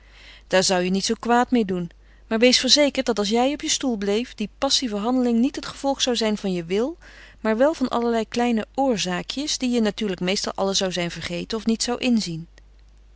daar zou je niet zoo kwaad meê doen maar wees verzekerd dat als jij op je stoel bleef die passieve handeling niet het gevolg zou zijn van je wil maar wel van allerlei kleine oorzaakjes die je natuurlijk meestal alle zou zijn vergeten of niet zou inzien